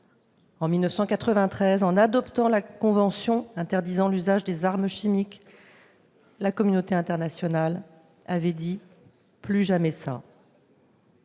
En 1993, en adoptant la convention interdisant l'usage des armes chimiques, la communauté internationale avait encore dit :« plus jamais ça ».